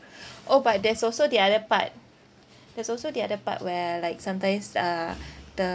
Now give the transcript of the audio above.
orh but there's also the other part there's also the other part where like sometimes uh the